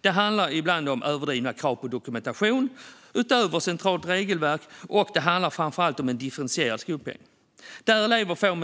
Det handlar om ibland överdrivna krav på dokumentation utöver centralt regelverk, och det handlar framför allt om en differentierad skolpeng där elever får